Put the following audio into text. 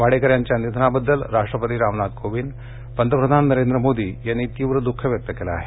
वाडेकर यांच्या निधनाबद्दल राष्ट्रपती रामनाथ कोविंद पंतप्रधान नरेंद्र मोदी यांनी तीव्र दुःख व्यक्त केलं आहे